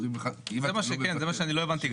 כן, זה מה שלא הבנתי גם.